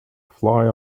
fly